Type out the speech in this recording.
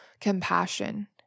compassion